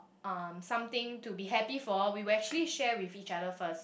um something to be happy for we will actually share with each other first